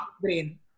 brain